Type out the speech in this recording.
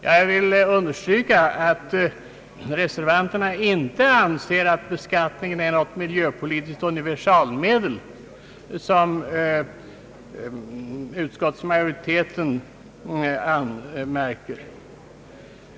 Jag vill understryka att reservanterna inte anser att beskattningen är något »miljöpolitiskt universalmedel» som utskottsmajoriteten anmärker.